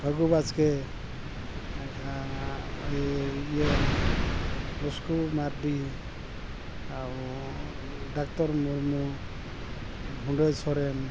ᱯᱷᱟᱹᱜᱩ ᱵᱟᱥᱠᱮ ᱮᱱᱠᱷᱟᱱ ᱤᱭᱟᱹ ᱞᱩᱥᱠᱩ ᱢᱟᱨᱰᱤ ᱰᱟᱠᱛᱚᱨ ᱢᱩᱨᱢᱩ ᱵᱷᱩᱰᱟᱹᱭ ᱥᱚᱨᱮᱱ